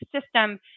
system